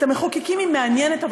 את המחוקקים היא מעניינת,